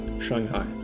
Shanghai